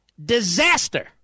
disaster